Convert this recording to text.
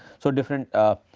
so, different